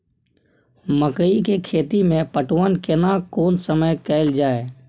मकई के खेती मे पटवन केना कोन समय कैल जाय?